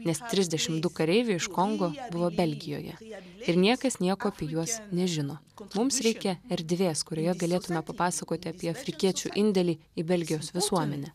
nes trisdešimt du kareiviai iš kongo buvo belgijoje ir niekas nieko apie juos nežino mums reikia erdvės kurioje galėtumėme papasakoti apie afrikiečių indėlį į belgijos visuomenę